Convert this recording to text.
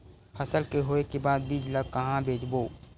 फसल के होय के बाद बीज ला कहां बेचबो?